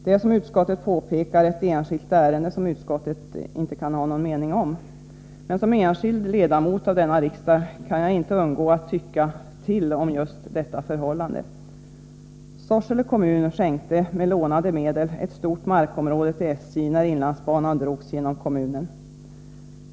Det är, som utskottet påpekar, ett enskilt ärende, som utskottet inte kan ha någon mening om. Men som enskild ledamot av denna riksdag kan jag inte låta bli att tycka till om just detta förhållande. Sorsele kommun skänkte med lånade medel ett stort markområde till SJ när inlandsbanan drogs genom kommunen.